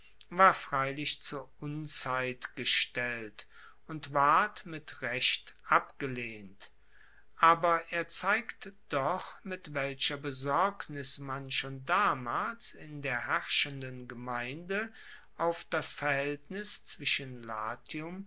war freilich zur unzeit gestellt und ward mit recht abgelehnt aber er zeigt doch mit welcher besorgnis man schon damals in der herrschenden gemeinde auf das verhaeltnis zwischen latium